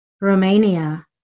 Romania